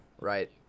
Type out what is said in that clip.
right